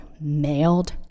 mailed